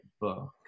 book